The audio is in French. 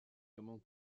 commence